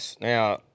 Now